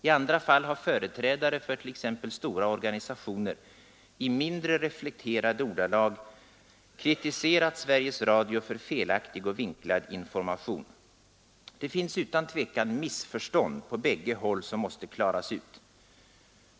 I andra fall har företrädare för t.ex. stora organisationer i mindre reflekterade ordalag kritiserat Sveriges Radio för felaktig och vinklad information. Det finns utan tvivel missförstånd på bägge håll som måste klaras ut.